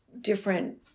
different